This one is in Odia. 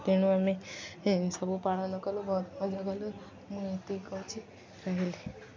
ତେଣୁ ଆମେ ସବୁ ପାଳନ କଲୁ ବହୁତ ମଜା କଲୁ ମୁଁ ଏତିକ କହୁଛି ରହିଲି